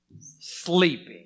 sleeping